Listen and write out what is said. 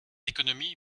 d’économies